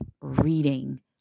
reading